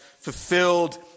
fulfilled